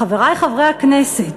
חברי חברי הכנסת,